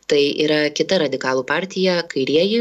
tai yra kita radikalų partija kairieji